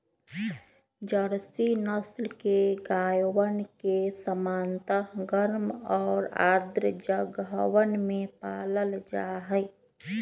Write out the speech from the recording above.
Jersey नस्ल के गायवन के सामान्यतः गर्म और आर्द्र जगहवन में पाल्ल जाहई